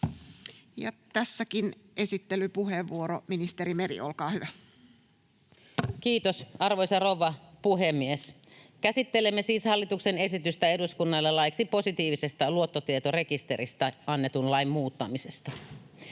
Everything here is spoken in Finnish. lain muuttamisesta Time: 14:49 Content: Kiitos, arvoisa rouva puhemies! Käsittelemme siis hallituksen esitystä eduskunnalle laiksi positiivisesta luottotietorekisteristä annetun lain muuttamisesta.